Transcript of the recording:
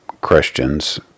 Christians